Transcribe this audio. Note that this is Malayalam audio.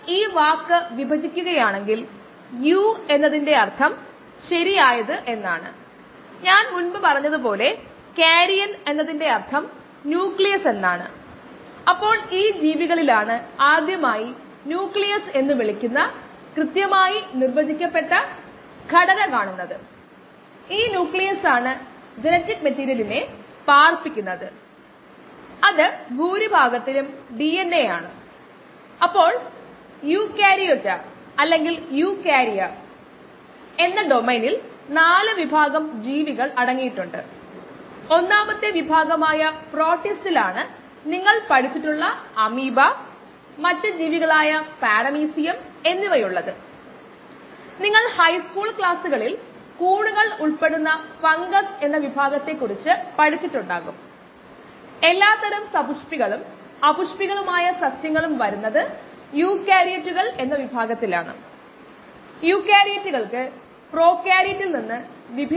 ഒരു ബാച്ച് ബയോ റിയാക്ടറിൽ ഇനോകുലെഷനു ശേഷമുള്ള സാന്ദ്രത ലിറ്ററിന് 0